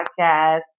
podcast